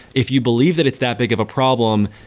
if you believe that it's that big of a problem,